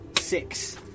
Six